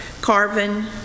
Carvin